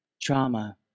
Trauma